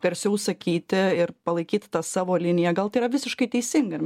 tarsi užsakyti ir palaikyti tą savo liniją gal tai yra visiškai teisinga mes